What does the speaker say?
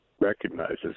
recognizes